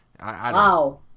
Wow